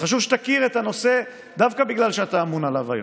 וחשוב שתכיר את הנושא דווקא בגלל שאתה אמון עליו היום.